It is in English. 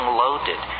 loaded